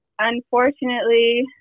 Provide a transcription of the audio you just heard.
unfortunately